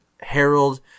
Harold